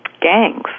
gangs